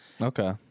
Okay